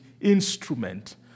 instrument